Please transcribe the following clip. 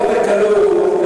לא בקלות,